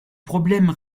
problème